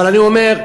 אבל אני אומר,